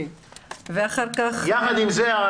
יחד עם זה,